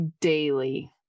daily